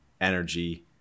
energy